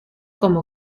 como